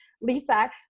Lisa